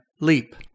LEAP